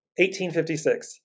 1856